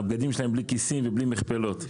הבגדים שלהם בלי כיסים ובלי מכפלות.